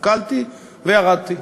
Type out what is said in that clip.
הסתכלתי וירדתי.